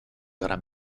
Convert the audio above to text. gran